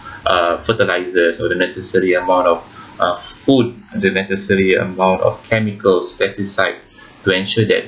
uh fertilisers or the necessary amount of uh food the necessary amount of chemicals pesticides to ensure that